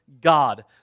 God